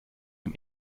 dem